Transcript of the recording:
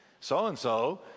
so-and-so